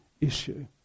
issue